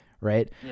right